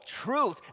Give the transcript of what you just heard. truth